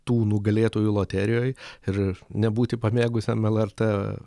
tų nugalėtojų loterijoj ir nebūti pamėgusiam lrt